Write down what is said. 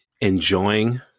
enjoying